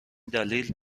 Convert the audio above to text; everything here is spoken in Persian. دلیل